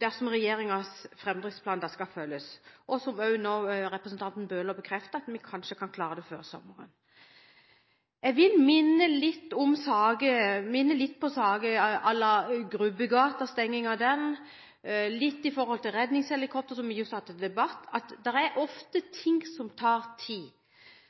dersom regjeringens framdriftsplan skal følges som representanten Bøhler nå bekreftet at vi kanskje kan klare før sommeren. Jeg vil minne litt om at saker som handler om f.eks. stengingen av Grubbegata og redningshelikopter, som vi akkurat har hatt til debatt, ofte tar tid, og er det er noe vi ikke har, er det tid